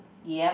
yup